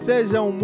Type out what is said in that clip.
Sejam